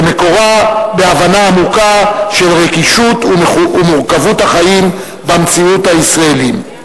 שמקורה בהבנה עמוקה של רגישות ומורכבות החיים במציאות הישראלית.